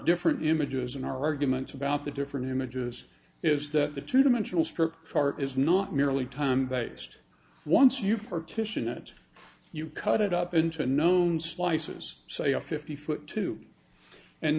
different images in our arguments about the different images is that the two dimensional strip chart is not merely time based once you've partition it you cut it up into known slices say a fifty foot two and